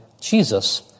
Jesus